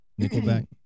Nickelback